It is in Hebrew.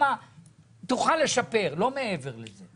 תוכל לשפר אבל לא מעבר לזה.